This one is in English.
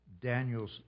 Daniel's